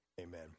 Amen